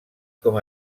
com